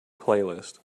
playlist